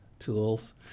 tools